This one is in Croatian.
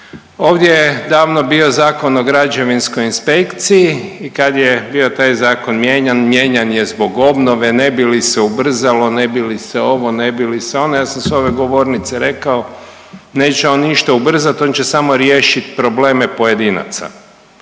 ovdje je davno bio Zakon o građevinskoj inspekciji i kad je bio taj zakon mijenjan, mijenjan je zbog obnove ne bi li se ubrzalo, ne bi li se ovo, ne bi li se ono, ja sam s ove govornice rekao neće on ništa ubrzati on će samo riješiti probleme pojedinaca.